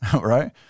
right